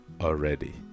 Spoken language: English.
already